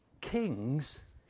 kings